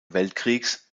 weltkriegs